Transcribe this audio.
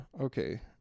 Okay